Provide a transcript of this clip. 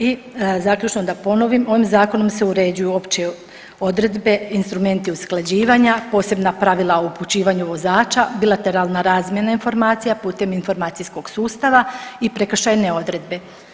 I zaključno da ponovim, ovim zakonom se uređuju opće odredbe, instrumenti usklađivanja posebna pravila o upućivanju vozača, bilateralne razmjene informacija putem informacijskog sustava i prekršajne odredbe.